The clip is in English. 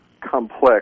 complex